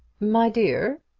my dear,